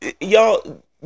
y'all